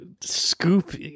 scoop